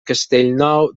castellnou